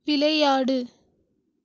விளையாடு